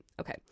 Okay